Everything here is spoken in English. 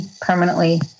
permanently